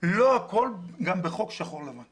והוא שגם בחוק לא הכול שחור ולבן.